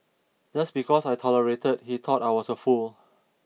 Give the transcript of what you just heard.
just because I tolerated he thought I was a fool